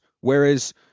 whereas